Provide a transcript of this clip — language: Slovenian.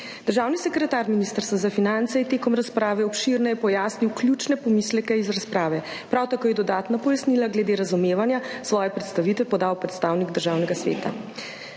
Državni sekretar Ministrstva za finance je tekom razprave obširneje pojasnil ključne pomisleke iz razprave. Prav tako je dodatna pojasnila glede razumevanja svoje predstavitve podal predstavnik Državnega sveta.